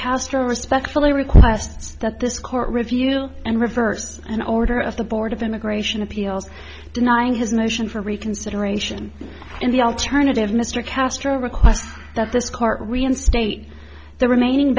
castro respectfully requests that this court review and reverse an order of the board of immigration appeals denying his motion for reconsideration in the alternative mr castro request that this court reinstate the remaining